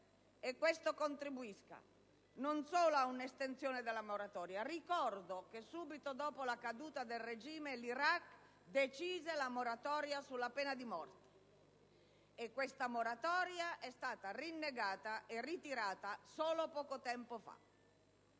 e questo contribuisca ad un'estensione della moratoria. Ricordo che, subito dopo la caduta del regime, l'Iraq decise la moratoria sulla pena di morte; questa moratoria è stata rinnegata e ritirata solo poco tempo fa.